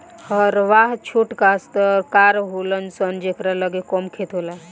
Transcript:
हरवाह छोट कास्तकार होलन सन जेकरा लगे कम खेत होला